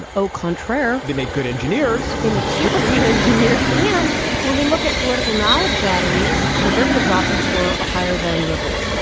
and au contraire. they make good engineers. they make super engineers. and when we look at political knowledge batteries, conservatives often score higher than liberals.